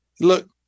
Look